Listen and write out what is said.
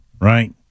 Right